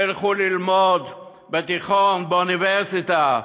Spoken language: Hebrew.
שילכו ללמוד בתיכון, באוניברסיטה.